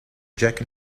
jack